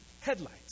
headlights